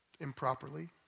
improperly